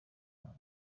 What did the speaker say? imana